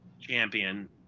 champion